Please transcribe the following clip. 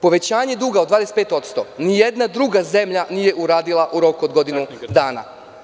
Povećanje duga od 25% nijedna druga zemlja nije uradila u roku od godinu dana.